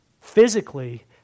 physically